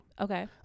Okay